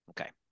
Okay